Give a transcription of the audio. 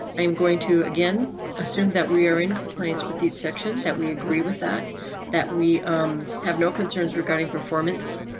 i'm going to again assume that we are in compliance with each section that we agree with that that we have no concerns regarding performance.